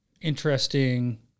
interesting